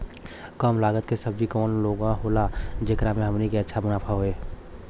कम लागत के सब्जी कवन होला जेकरा में हमनी के अच्छा मुनाफा होखे?